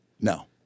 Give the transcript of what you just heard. No